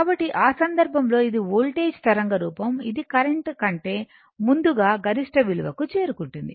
కాబట్టి ఆ సందర్భంలో ఇది వోల్టేజ్ తరంగ రూపం ఇది కరెంట్ కంటే ముందుగా గరిష్ట విలువకు చేరుకుంటుంది